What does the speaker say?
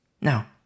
Now